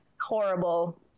horrible